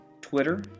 Twitter